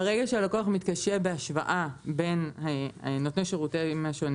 ברגע שהלקוח מתקשה בהשוואה בין נותני השירותים השונים